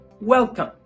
welcome